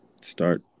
start